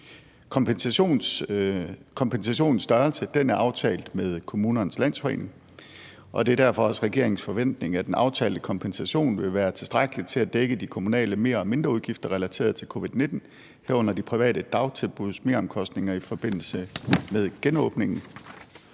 Kompensationens størrelse er aftalt med Kommunernes Landsforening, og det er derfor også regeringens forventning, at den aftalte kompensation vil være tilstrækkelig til at dække de kommunale mer- og mindreudgifter relateret til covid-19, herunder de private dagtilbuds meromkostninger i forbindelse med genåbningen.